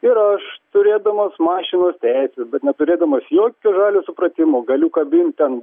ir aš turėdamas mašinos teises bet neturėdamas jokio žalio supratimo galiu kabinti ant